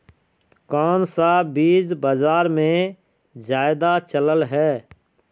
कोन सा बीज बाजार में ज्यादा चलल है?